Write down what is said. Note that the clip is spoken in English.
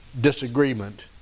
disagreement